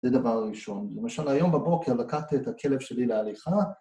זה דבר ראשון. למשל היום בבוקר לקחתי את הכלב שלי להליכה